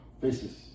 faces